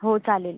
हो चालेल